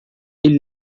ele